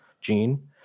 gene